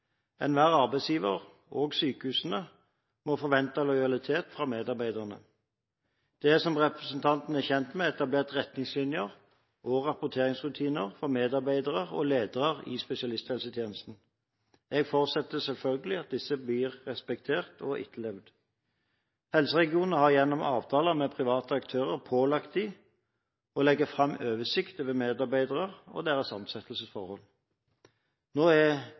Enhver arbeidsgiver, også sykehusene, må forvente lojalitet fra medarbeiderne. Det er, som representantene er kjent med, etablert retningslinjer og rapporteringsrutiner for medarbeidere og ledere i spesialisthelsetjenesten. Jeg forutsetter selvfølgelig at disse blir respektert og etterlevd. Helseregionene har gjennom avtaler med private aktører pålagt dem å legge fram oversikt over medarbeiderne og deres ansettelsesforhold. Når det gjelder tildeling av avtale om spesialisthjemmel, er